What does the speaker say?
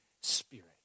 spirit